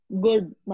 Good